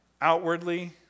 Outwardly